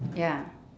ya